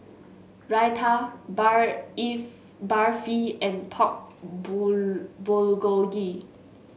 Raita Barfi and Pork